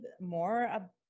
more